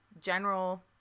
general